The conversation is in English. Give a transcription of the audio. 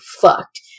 fucked